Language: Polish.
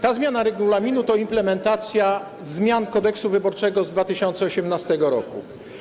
Ta zmiana regulaminu to implementacja zmian Kodeksu wyborczego z 2018 r.